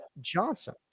Johnson